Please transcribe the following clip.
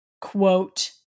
quote